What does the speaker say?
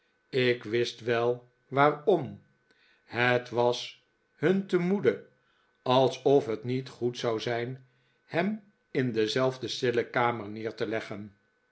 ik wist wel waarom het was hun te moede alsof het niet goed zou zijn hem in dezelfde stille kamer neer te leggen